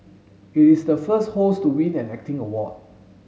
it is the first host to win an acting award